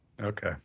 Okay